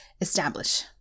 establish